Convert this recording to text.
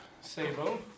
Sabo